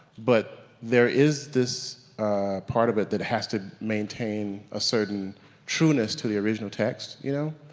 but there is this part of it that has to maintain a certain trueness to the original text you know.